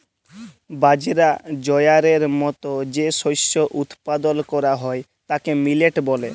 বাজরা, জয়ারের মত যে শস্য উৎপাদল ক্যরা হ্যয় তাকে মিলেট ব্যলে